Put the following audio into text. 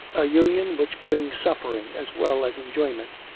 a union which brings suffering as well as enjoyment.